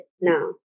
now